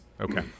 Okay